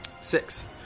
Six